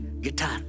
guitar